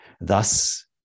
Thus